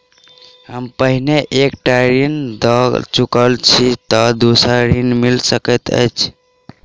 हम पहिने एक टा ऋण लअ चुकल छी तऽ दोसर ऋण मिल सकैत अई?